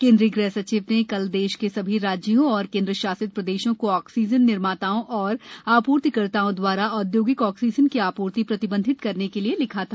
केंद्रीय गृह सचिव ने कल देश के सभी राज्यों और केंद्र शासित प्रदेशों को ऑक्सीजन निर्माताओं और आपूर्तिकर्ताओं दवारा औद्योगिक ऑक्सीजन की आपूर्ति प्रतिबंधित करने के लिए लिखा था